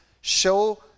Show